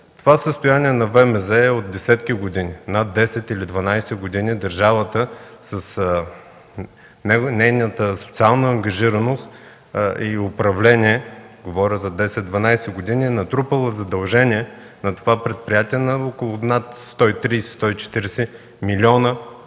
Това състояние на ВМЗ е от десетки години. За 10 или 12 години държавата с нейната социална ангажираност и управление е натрупала задължение на това предприятие над 130-140 млн.